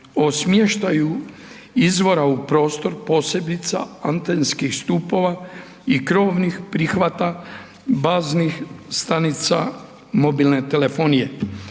o smještaju izvora u prostor posebice antenskih stupova i krovnih prihvata baznih stanica mobilne telefonije.